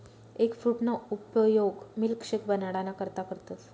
एगफ्रूटना उपयोग मिल्कशेक बनाडाना करता करतस